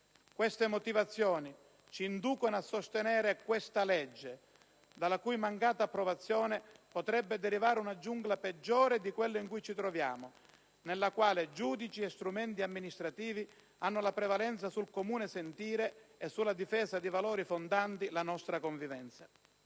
testé richiamate ci inducono a sostenere un disegno di legge, la cui mancata approvazione potrebbe dare luogo ad una giungla peggiore di quella in cui ci troviamo, nella quale giudici e strumenti amministrativi hanno la prevalenza sul comune sentire e sulla difesa di valori fondanti la nostra convivenza.